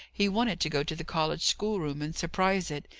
he wanted to go to the college schoolroom and surprise it.